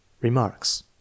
Remarks